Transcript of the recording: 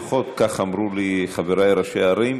לפחות כך אמרו לי חברי ראשי הערים,